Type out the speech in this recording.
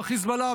בחיזבאללה,